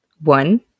One